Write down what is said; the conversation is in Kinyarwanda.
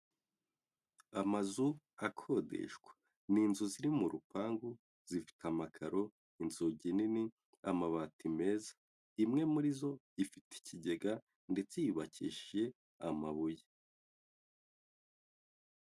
Amazu akodeshwa ni inzu ziri mu rupangu zifite amakaro, inzugi nini, amabati meza, imwe muri zo ifite ikigega ndetse yubakishije amabuye.